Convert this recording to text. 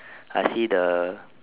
I see the